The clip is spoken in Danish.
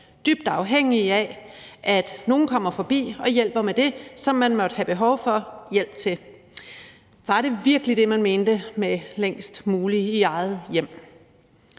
dybt afhængige af, at nogle kommer forbi og hjælper med det, som de måtte have behov for hjælp til. Var det virkelig det, man mente med at være længst muligt i eget hjem?